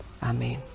Amen